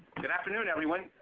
good afternoon everyone.